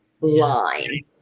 line